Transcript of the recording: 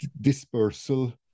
dispersal